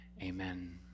Amen